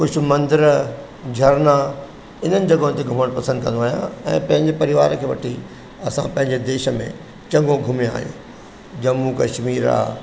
कुझु मंदर झरना इन्हनि जॻहियुनि ते घुमणु पसंदि कंदो आहियां ऐं पंहिंजे परिवार खे वठी असां पंहिंजे देश में चङो घुमिया आहियूं जम्मू कश्मीर आहे